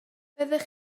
fyddech